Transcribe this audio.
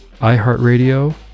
iHeartRadio